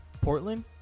Portland